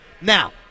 Now